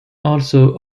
also